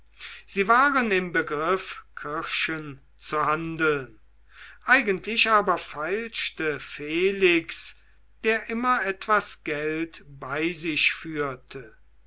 sie waren im begriff kirschen zu handeln eigentlich aber feilschte felix der immer etwas geld bei sich führte